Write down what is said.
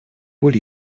will